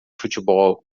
futebol